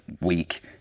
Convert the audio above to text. week